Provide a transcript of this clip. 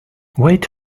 wait